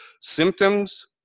symptoms